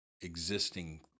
existing